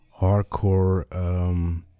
hardcore